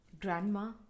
grandma